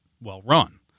well-run